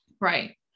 Right